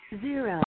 Zero